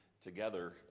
together